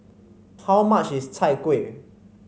how much is Chai Kueh